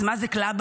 אז מה זה קלאבהאוס?